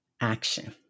action